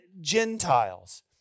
Gentiles